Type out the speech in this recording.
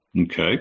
Okay